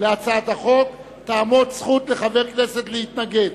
להצעת החוק, תעמוד זכות לחבר כנסת להתנגד.